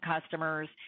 customers